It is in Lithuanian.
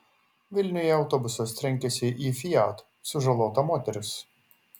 vilniuje autobusas trenkėsi į fiat sužalota moteris